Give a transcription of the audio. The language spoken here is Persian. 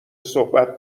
صحبت